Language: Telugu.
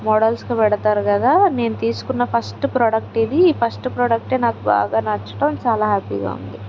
మోడల్స్గా పెడతారు కదా నేను తీసుకున్న ఫస్ట్ ప్రోడక్ట్ ఇది ఈ ఫస్ట్ ప్రొడక్టే నాకు బాగా నచ్చడం చాలా హ్యాపీగా ఉంది